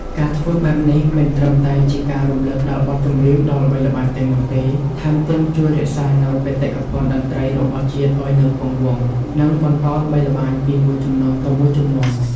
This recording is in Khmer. ការធ្វើបែបនេះមិនត្រឹមតែជាការរំលឹកដល់បទចម្រៀងដ៏ល្បីល្បាញទាំងនោះទេ ថែមទាំងជួយរក្សានូវបេតិកភណ្ឌតន្ត្រីរបស់ជាតិឱ្យនៅគង់វង្ស និងបន្តល្បីល្បាញពីមួយជំនាន់ទៅមួយជំនាន់ ។